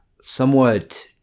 somewhat